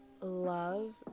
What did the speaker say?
love